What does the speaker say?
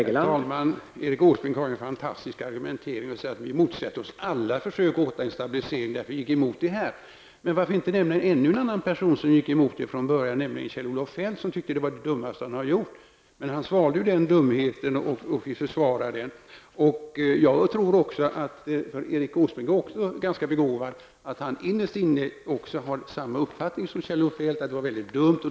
Herr talman! Erik Åsbrink har en fantastisk argumentering när han säger att vi motsätter oss alla försök att åstadkomma en stabilisering bara därför att vi gick emot det här förslaget. Men varför inte nämna ännu en person som gick emot från början, nämligen Kjell-Olof Feldt? Han tyckte att det här var det dummaste han har gjort, men han försvarade den dumheten. Jag tror att Erik Åsbrink, som är en ganska begåvad person, innerst inne har samma uppfattning som Kjell-Olof Feldt att det var väldigt dumt.